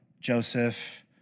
Joseph